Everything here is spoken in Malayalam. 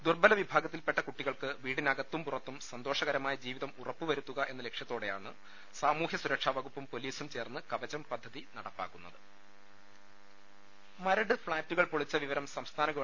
ദുർബ്ബല വിഭാഗത്തിൽപ്പെട്ട കുട്ടികൾക്ക് വീടിനകത്തും പുറത്തും സന്തോഷകരമായ ജീവിതം ഉറപ്പുവരുത്തുക എന്ന ലക്ഷ്യത്തോടെയാണ് സാമൂഹ്യസുരക്ഷാവകുപ്പും പൊലീസും ചേർന്ന് കവചം പദ്ധതി നടപ്പാക്കുന്നത് മരട് ഫ്ളാറ്റുകൾ പൊളിച്ച വിവരം സംസ്ഥാന ഗവ